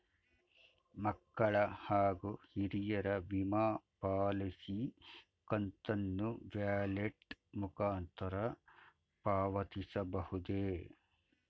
ಮಕ್ಕಳ ಹಾಗೂ ಹಿರಿಯರ ವಿಮಾ ಪಾಲಿಸಿ ಕಂತನ್ನು ವ್ಯಾಲೆಟ್ ಮುಖಾಂತರ ಪಾವತಿಸಬಹುದೇ?